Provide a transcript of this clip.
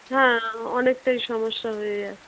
হ্যাঁ অনেকটাই সমস্যা হয়ে যায়